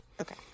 Okay